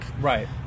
Right